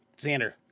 Xander